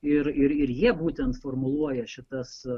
ir ir jie būtent formuluoja šitas